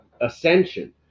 Ascension